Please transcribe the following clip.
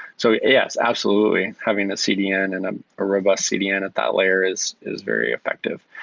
so yes, absolutely. having a cdn and and a robust cdn at that layer is is very effective.